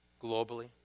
globally